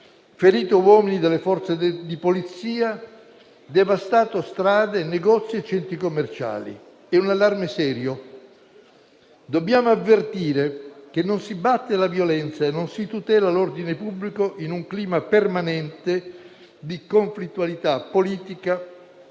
ferito uomini delle Forze di polizia e devastato strade, negozi e centri commerciali. È un allarme serio. Dobbiamo avvertire che non si batte la violenza e non si tutela l'ordine pubblico in un clima permanente di conflittualità politica